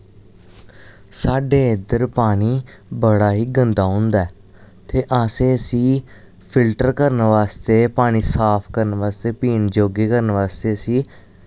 साढ़े इद्धर पानी बड़ा गै गंदा होंदा ऐ ते असें इस्सी फिल्टर करन बास्तै पानी साफ करन बास्तेै पीन जोग्गे करन बास्तै इस्सी